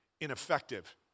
ineffective